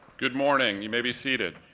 good morning, you may be seated.